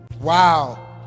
Wow